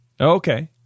Okay